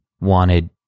wanted